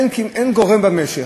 אין גורם במשק,